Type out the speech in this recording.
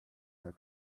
her